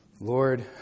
Lord